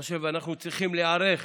עכשיו אנחנו צריכים להיערך